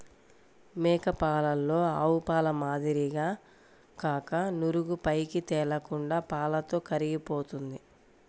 మేక పాలలో ఆవుపాల మాదిరిగా కాక నురుగు పైకి తేలకుండా పాలతో కలిసిపోతుంది